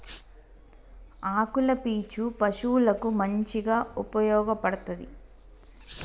ఆకుల పీచు పశువులకు మంచిగా ఉపయోగపడ్తది